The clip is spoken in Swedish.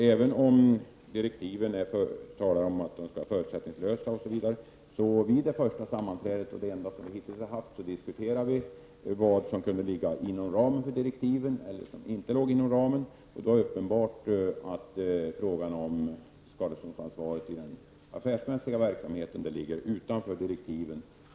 Även om direktiven är förutsättningslösa så diskuterade vi vid det första och hittills enda sammanträdet vad som kunde ligga inom ramen för dessa direktiv och vad som inte låg inom direktivens ram. Det var uppenbart att frågan om skadeståndsansvaret för den affärsmässiga verksamheten ligger utanför direktiven.